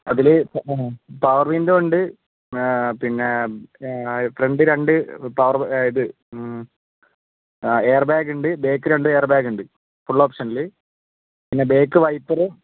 അതിൽ ഇപ്പോൾ power window ഉണ്ട് പിന്നെ ഫ്രണ്ട് രണ്ട് പവർ ഇത് എയർബാഗ് ഉണ്ട് ബാക്ക് രണ്ട് എയർബാഗ് ഉണ്ട് ഫുൾ ഓപ്ഷനിൽ പിന്നെ ബാക്ക് വൈപ്പറ്